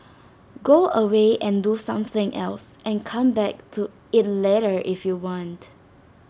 go away and do something else and come back to IT later if you want